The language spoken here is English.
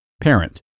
Parent